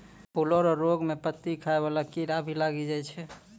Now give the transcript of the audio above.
फूलो रो रोग मे पत्ती खाय वाला कीड़ा भी लागी जाय छै